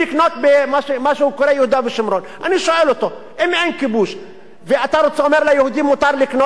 אני שואל אותו: אם אין כיבוש ואתה אומר שליהודים מותר לקנות בכל מקום,